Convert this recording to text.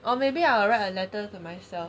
or maybe I'll write a letter to myself